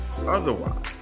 Otherwise